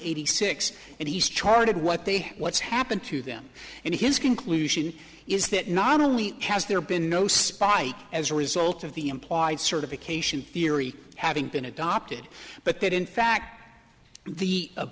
eighty six and he's charted what they what's happened to them and his can lucian is that not only has there been no spite as a result of the implied certification theory having been adopted but that in fact the